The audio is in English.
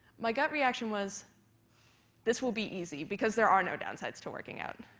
my gut reaction was this will be easy because there are no downsides to working out.